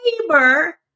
neighbor